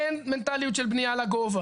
אין מנטליות של בניה לגובה.